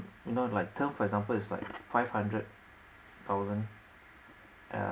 you know like term for example it's like five hundred thousand yeah